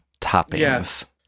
toppings